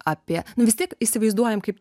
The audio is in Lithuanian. apie nu vis tiek įsivaizduojam kaip